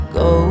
go